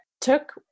took